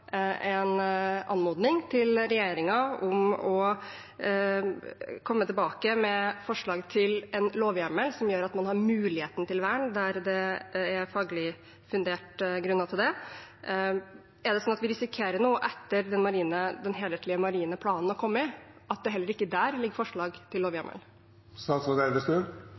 en anmodning til regjeringen om å komme tilbake med forslag til en lovhjemmel som gjør at man har muligheten til vern, der det er faglig funderte grunner til det: Risikerer vi nå etter at den helhetlige marine planen har kommet, at det heller ikke der ligger forslag til